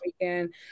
weekend